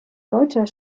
deutscher